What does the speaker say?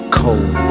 cold